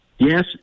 Yes